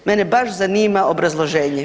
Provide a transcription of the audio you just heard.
Mene baš zanima obrazloženje.